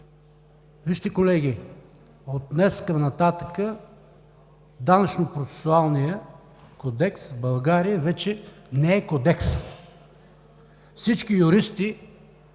Вижте, колеги, от днес нататък Данъчно-процесуалният кодекс в България вече не е кодекс. Всички юристи,